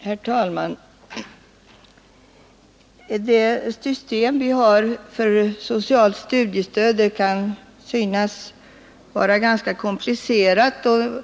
Herr talman! Det system vi har för socialt studiestöd kan synas vara ganska komplicerat.